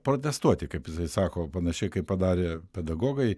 protestuoti kaip jisai sako panašiai kaip padarė pedagogai